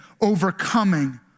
overcoming